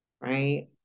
right